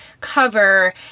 cover